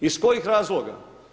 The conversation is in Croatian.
Iz kojih razloga?